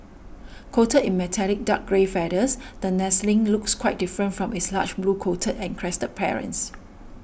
coated in metallic dark grey feathers the nestling looks quite different from its large blue coated and crested parents